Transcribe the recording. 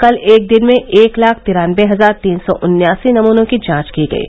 कल एक दिन में एक लाख तिरानबे हजार तीन सौ उन्यासी नमूनों की जांच की गयी